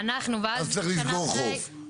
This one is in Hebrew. ואז שנה אחרי,